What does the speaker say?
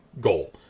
goal